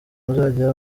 muzajye